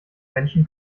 menschen